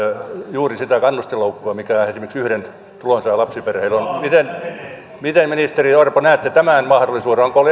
juuri sitä kannustinloukkua mikä esimerkiksi yhden tulonsaajan lapsiperheillä on miten ministeri orpo näette tämän mahdollisuuden onko